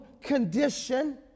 condition